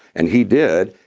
and he did.